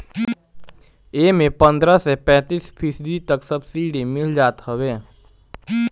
एमे पन्द्रह से पैंतीस फीसदी तक ले सब्सिडी मिल जात हवे